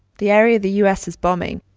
the area the u s. is bombing,